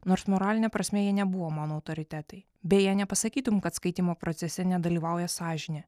nors moraline prasme jie nebuvo mano autoritetai beje nepasakytum kad skaitymo procese nedalyvauja sąžinė